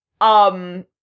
um-